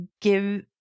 give